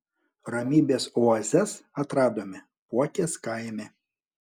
ramybės oazes atradome puokės kaime